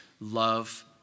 love